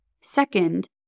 Second